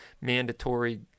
mandatory